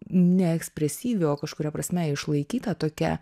ne ekspresyvi o kažkuria prasme išlaikyta tokia